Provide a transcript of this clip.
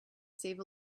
save